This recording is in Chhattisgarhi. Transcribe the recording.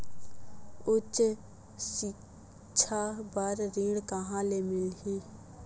उच्च सिक्छा बर ऋण कहां ले मिलही?